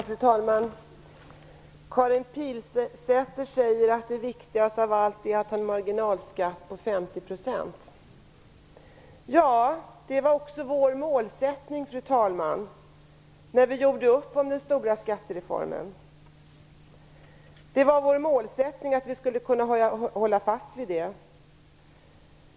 Fru talman! Karin Pilsäter säger att det viktigaste av allt är att man har en marginalskatt på 50 %. Ja, det var också vår målsättning, fru talman, när vi gjorde upp om den stora skattereformen. Det var vår målsättning att vi skulle kunna hålla fast vid detta.